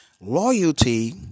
loyalty